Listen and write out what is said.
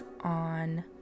on